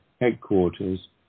headquarters